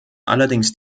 allerdings